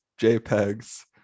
JPEGs